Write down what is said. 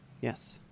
Yes